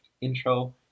intro